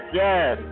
yes